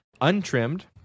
untrimmed